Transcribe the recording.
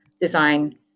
design